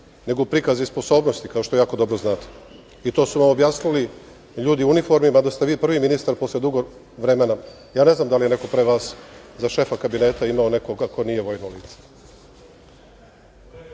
nego prikazi sposobnosti, kao što jako dobro znate, i to su vam objasnili ljudi u uniformi, mada ste vi prvi ministar posle dugo vremena. Ja ne znam da li je neko pre vas za šefa kabineta imao nekoga ko nije vojno lice.